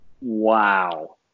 Wow